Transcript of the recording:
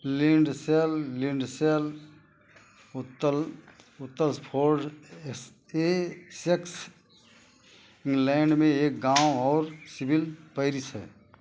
Lindsell Lindsell Uttlesford Essex England में एक गाँव और सिविल पैरिश है